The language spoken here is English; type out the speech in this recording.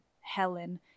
Helen